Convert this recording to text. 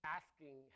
asking